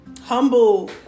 humble